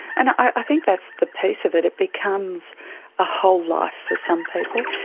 and i think that's the piece of it, it becomes a whole life for some people.